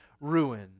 Ruin